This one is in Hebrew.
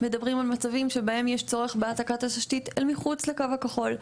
מדברים על כל מיני מקרים שבהם יש צורך בהעתקת התשתית אל מחוץ לקו הכחול.